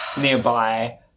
nearby